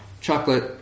chocolate